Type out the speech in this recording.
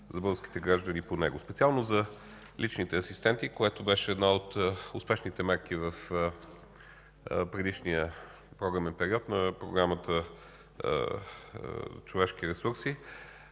за българските граждани по него. Специално за личните асистенти, която беше една от успешните мерки в предишния програмен период на Програмата „Развитие